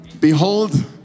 Behold